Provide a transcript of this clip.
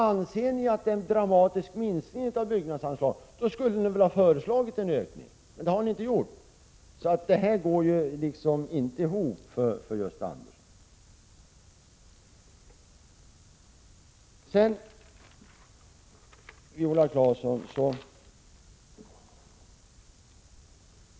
Anser ni att det är fråga om en dramatisk minskning av byggnadsanslaget skulle ni väl ha föreslagit en ökning! Det har ni inte gjort. Det går inte ihop.